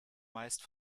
meist